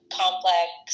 complex